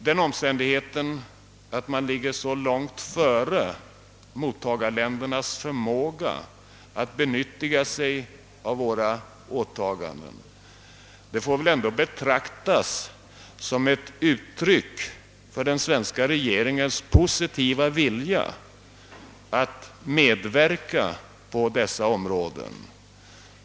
Den omständigheten att man ligger så långt före mottagarländernas förmåga att utnyttja våra åtaganden får väl ändå betraktas som ett uttryck för den svenska regeringens positiva vilja att medverka på dessa områden.